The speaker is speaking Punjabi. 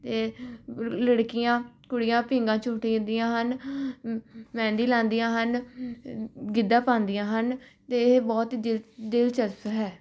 ਅਤੇ ਲੜਕੀਆਂ ਕੁੜੀਆਂ ਪੀਂਘਾਂ ਝੂਟਦੀਆਂ ਹਨ ਮਹਿੰਦੀ ਲਾਉਂਦੀਆਂ ਹਨ ਗਿੱਧਾ ਪਾਉਂਦੀਆਂ ਹਨ ਅਤੇ ਇਹ ਬਹੁਤ ਦਿਲ ਦਿਲਚਸਪ ਹੈ